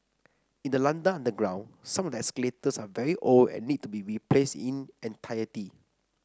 in the London underground some of the escalators are very old and need to be replaced in entirety